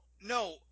No